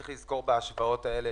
צריך לזכור כשעושים את ההשוואות האלה,